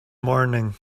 morning